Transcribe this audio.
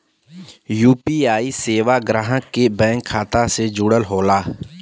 UPI सेवा ग्राहक के बैंक खाता से जुड़ल होला